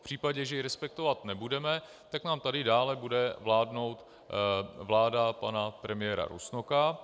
V případě, že ji respektovat nebudeme, tak nám tady dále bude vládnout vláda pana premiéra Rusnoka.